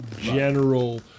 general